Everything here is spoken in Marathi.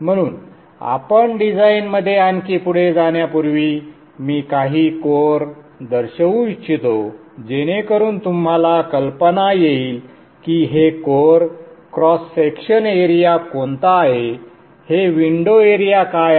म्हणून आपण डिझाइनमध्ये आणखी पुढे जाण्यापूर्वी मी काही कोअर दर्शवू इच्छितो जेणेकरुन तुम्हाला कल्पना येईल की हे कोअर क्रॉस सेक्शन एरिया कोणता आहे हे विंडो एरिया काय आहे